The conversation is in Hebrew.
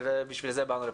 ולכן באנו לכאן,